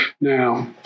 Now